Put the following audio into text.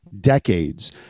decades